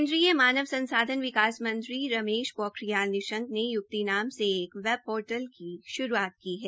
केन्द्रीय मानव संसाधन विकास मंत्री रमेश पोखरियाल निशंक ने य्क्ति नाम से एक वेब पोर्टल की श्रूआत की है